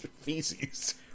feces